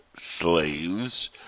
slaves